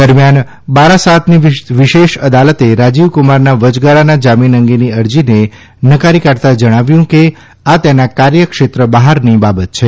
દરમ્યાન બારાસાનની વિશેષ અદાલતે રાજીવ કુમારના વચગાળાના જામીન અંગેની અરજીને નકારી કાઢતાં જણાવ્યું કે આ તેના કાર્યક્ષેત્ર બહારની બાબત છે